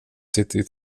city